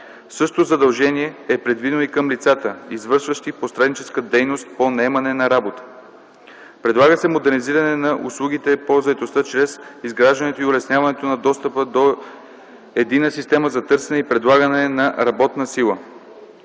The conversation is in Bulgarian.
Същото задължение е предвидено и към лицата, извършващи посредническа дейност по наемане на работа. Предлага се модернизиране на услугите по заетостта чрез изграждането и улесняване на достъпа до единна система за търсене и предлагане на работна сила.